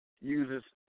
uses